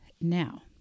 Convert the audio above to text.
now